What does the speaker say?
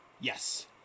Yes